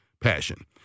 passion